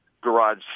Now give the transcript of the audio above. garage